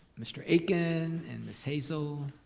mr. akin and ms. hazel.